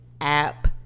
app